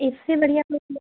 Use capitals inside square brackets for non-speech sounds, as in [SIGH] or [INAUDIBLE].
इससे बढ़िया कोई [UNINTELLIGIBLE]